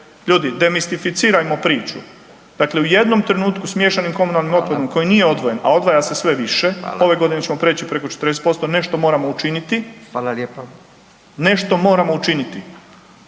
ljudi demistificirajmo priču, dakle u jednom trenutku s miješanim komunalnim otpadom koji nije odvojen, a odvaja se sve više ove godine ćemo preći preko 40%, nešto moramo učiniti, nešto moramo učiniti.